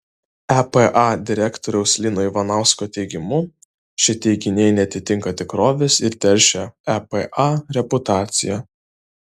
epa direktoriaus lino ivanausko teigimu šie teiginiai neatitinka tikrovės ir teršia epa reputaciją